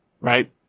right